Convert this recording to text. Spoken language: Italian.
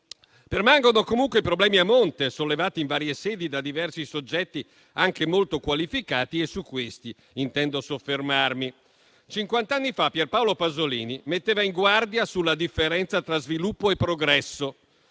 Permangono comunque problemi a monte, sollevati in varie sedi da diversi soggetti, anche molto qualificati, e su questi intendo soffermarmi. Cinquant'anni fa Pierpaolo Pasolini metteva in guardia sulla differenza tra sviluppo e progresso,